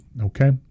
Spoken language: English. okay